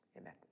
Amen